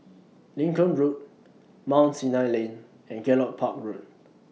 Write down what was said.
Lincoln Road Mount Sinai Lane and Gallop Park Road